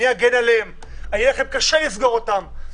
אני אגן עליהם, יהיה לכם קשה לסגור אותם.